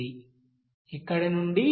ఇక్కడ నుండి